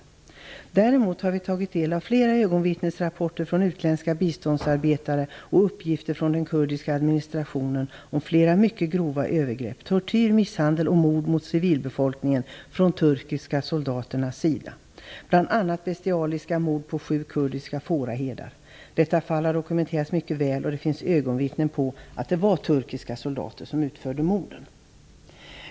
Å andra sidan har vi tagit del av flera ögonvittnesrapporter från utländska biståndsarbetare och uppgifter från den kurdiska administrationen om flera mycket grova övergrepp - tortyr, misshandel och mord på civilbefolkningen från de turkiska soldaternas sida. Bl.a. har bestialiska mord på sju kurdiska fåraherdar förövats. Detta fall har dokumenterats mycket väl, och det finns ögonvittnen till att turkiska soldater utförde morden.